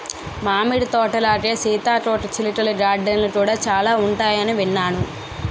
మామిడి తోటలాగే సీతాకోకచిలుకల గార్డెన్లు కూడా చాలా ఉంటాయని విన్నాను